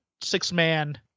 six-man